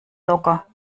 locker